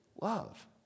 love